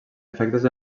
efectes